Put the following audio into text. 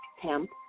Hemp